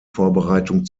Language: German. vorbereitung